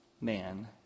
man